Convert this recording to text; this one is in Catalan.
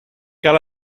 cal